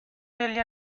degli